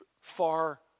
far